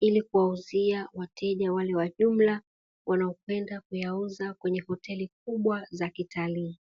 ili kuwauzia wateja wale wa jumla wanaokwenda kuyauza kwenye hoteli kubwa za kitalii.